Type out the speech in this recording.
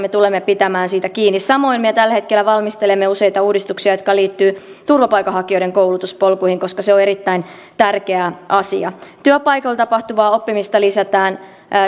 me tulemme pitämään siitä kiinni samoin me tällä hetkellä valmistelemme useita uudistuksia jotka liittyvät turvapaikanhakijoiden koulutuspolkuihin koska se on erittäin tärkeä asia työpaikoilla tapahtuvaa oppimista lisätään